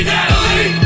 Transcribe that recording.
Natalie